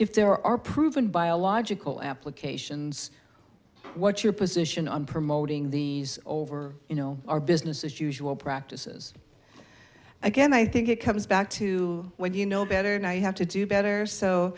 if there are proven biological applications what your position on promoting the over you know our business as usual practices again i think it comes back to when you know better and i have to do better so